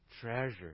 treasure